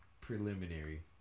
preliminary